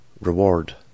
reward